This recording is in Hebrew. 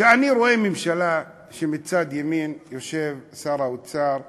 כשאני רואה ממשלה שמצד ימין בה יושב שר האוצר לפיד,